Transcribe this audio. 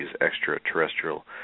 extraterrestrial